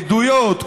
עדויות,